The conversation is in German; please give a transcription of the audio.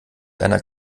einer